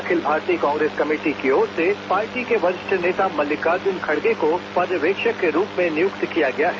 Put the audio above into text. अखिल भारतीय कांग्रेस कमेटी की ओर से पार्टी के वरिष्ठ नेता मल्लिकार्जुन खड़गे को पर्यवेक्षक के रूप में नियुक्त किया गया है